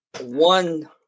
One